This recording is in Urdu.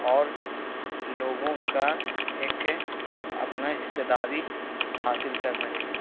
اور لوگوں کا ایک اپنا حصہ داری حاصل کر سکے